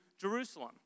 Jerusalem